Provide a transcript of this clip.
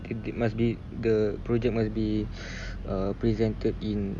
and it must be the project must be err presented in